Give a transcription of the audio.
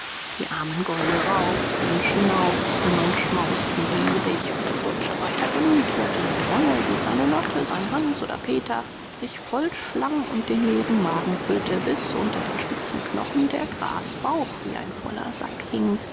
die armen gäule rauften schnauften schmausten gierig und das deutsche reitergemüt hörte mit wonne wie seine lotte sein hans oder peter sich vollschlang und den leeren magen füllte bis unter den spitzen knochen der grasbauch wie ein voller sack hing